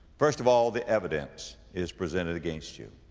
first of all, the evidence is presented against you.